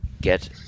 get